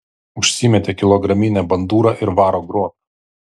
užsimetė kilograminę bandūrą ir varo grot